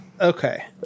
Okay